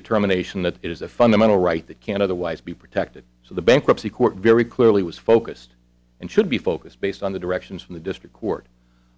determination that it is a fundamental right that can't otherwise be protected so the bankruptcy court very clearly was focused and should be focused based on the directions from the district court